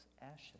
ashes